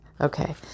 okay